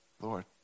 Lord